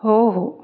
हो हो